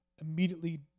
immediately